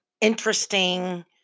interesting